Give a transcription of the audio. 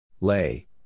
Lay